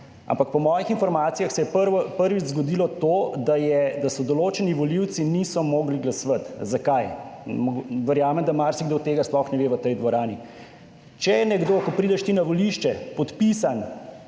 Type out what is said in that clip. ampak po mojih informacijah se je prvič zgodilo to, da določeni volivci niso mogli glasovati. Zakaj? Verjamem, da marsikdo od tega sploh ne ve v tej dvorani. Če je nekdo, ko prideš ti na volišče podpisan